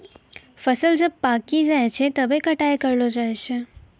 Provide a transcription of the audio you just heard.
फसल जब पाक्की जाय छै तबै कटाई करलो जाय छै